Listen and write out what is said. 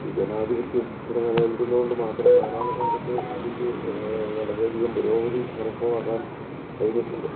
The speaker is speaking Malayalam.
ഈ ജനാധിപത്യം ഇവിടെ നിലനിൽക്കുന്നതുകൊണ്ട് ഇന്ത്യയ്ക്കു വളരെയധികം പുരോഗതി കരസ്ഥമാക്കാൻ കഴിഞ്ഞിട്ടുണ്ട്